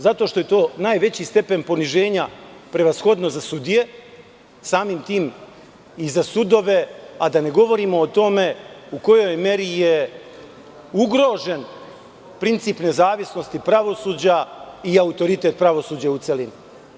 Zato što je to najveći stepen poniženja prevashodno za sudije, samim tim i za sudove, a da ne govorim o tome u kojoj meri je ugrožen princip nezavisnosti pravosuđa i autoritet pravosuđa u celini.